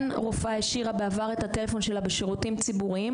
כן רופאה השאירה בעבר את הטלפון שלה בשירותים ציבוריים.